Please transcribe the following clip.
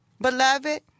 beloved